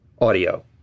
audio